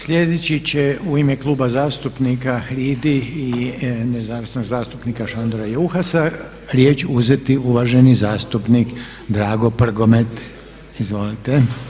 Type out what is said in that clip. Sljedeći će u ime Kluba zastupnika HRID-i i nezavisnog zastupnika Šandora Juhasa riječ uzeti uvaženi zastupnik Drago Prgomet, izvolite.